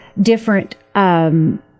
different